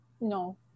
No